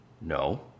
No